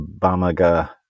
Bamaga